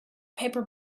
paper